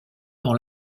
dans